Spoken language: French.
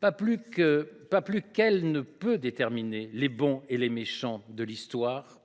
Pas plus qu’elle ne peut distinguer les bons et les méchants de l’Histoire,